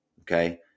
Okay